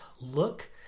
look